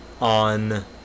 on